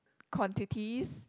quantities